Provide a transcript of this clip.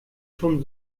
schon